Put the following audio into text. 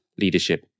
leadership